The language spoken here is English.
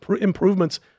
improvements